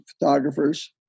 photographers